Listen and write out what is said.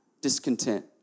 Discontent